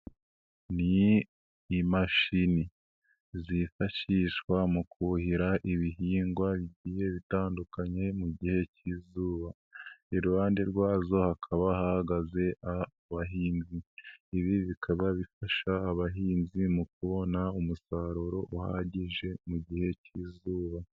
Ni imashini zifashishwa mu kuhira ibihingwa bigiye bitandukanye mu gihe cy'izuba iruhande rwazo hakaba hahagaze abahinzi, ibi bikaba bifasha abahinzi mu kubona umusaruro uhagije mu gihe cy'izuba